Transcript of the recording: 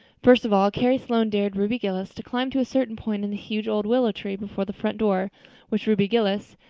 first of all carrie sloane dared ruby gillis to climb to a certain point in the huge old willow tree before the front door which ruby gillis,